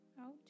out